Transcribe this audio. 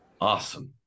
Awesome